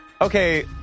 Okay